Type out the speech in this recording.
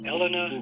Elena